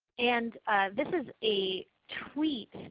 and this is a tweet